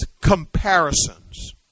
comparisons